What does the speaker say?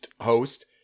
host